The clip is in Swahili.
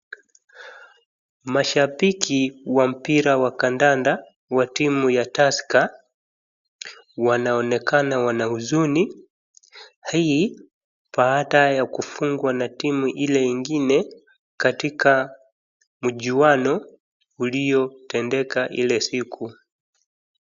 Mashabiki wa mpira wa kandanda wa timu ya tusker wanaonekana wana huzuni hii baada ya kufungwa na timu ile ingine katika mjuano uliotendeka ile siku.